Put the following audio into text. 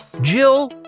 Jill